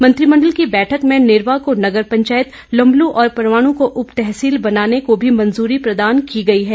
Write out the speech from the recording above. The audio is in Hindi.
मंत्रिमंडल की बैठक में नेरवा को नगर पंचायत लंबलू और परवाणू को उप तहसील बनाने को मंजूरी प्रदान की गई है